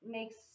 makes